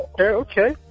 Okay